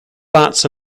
bats